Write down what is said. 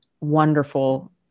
wonderful